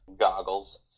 goggles